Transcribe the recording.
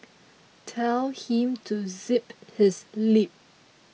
tell him to zip his lip